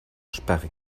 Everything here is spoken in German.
sperrig